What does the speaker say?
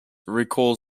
recall